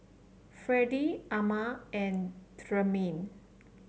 Fredie Ama and Tremaine